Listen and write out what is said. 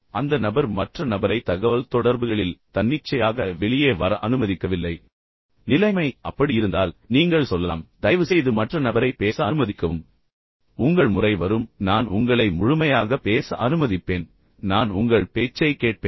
அந்த நபர் மற்ற நபரை தகவல்தொடர்புகளில் தன்னிச்சையாக வெளியே வர அனுமதிக்கவில்லை இதைக் கவனியுங்கள் நிலைமை அப்படி இருந்தால் நீங்கள் சொல்லலாம் தயவுசெய்து மற்ற நபரை பேச அனுமதிக்கவும் உங்கள் முறை வரும் நான் உங்களை முழுமையாக பேச அனுமதிப்பேன் நான் உங்கள் பேச்சைக் கேட்பேன்